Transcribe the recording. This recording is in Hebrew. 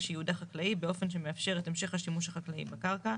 שייעודה חקלאי באופן שמאפשר את המשך השימוש החקלאי בקרקע,